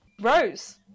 Rose